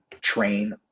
train